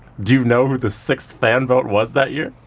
do you know who the sixth fan vote was that year?